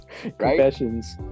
Confessions